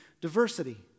diversity